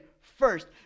first